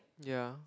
ya